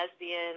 lesbian